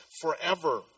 forever